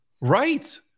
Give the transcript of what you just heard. Right